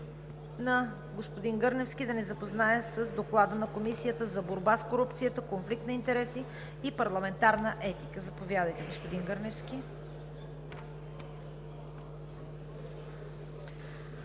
на господин Гърневски да ни запознае с Доклада на Комисията за борба с корупцията, конфликт на интереси и парламентарна етика. Заповядайте, господин Гърневски.